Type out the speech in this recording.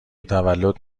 تولد